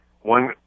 one